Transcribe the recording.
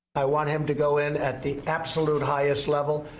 i want him to go in at the absolute highest level.